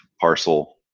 parcel